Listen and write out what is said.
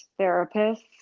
therapists